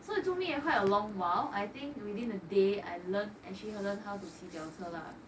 so it took me quite a long while I think within a day I learn actually learned how to 提交车 lah